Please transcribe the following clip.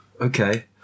Okay